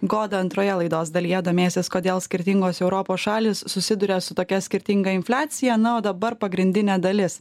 goda antroje laidos dalyje domėsis kodėl skirtingos europos šalys susiduria su tokia skirtinga infliacija na o dabar pagrindinė dalis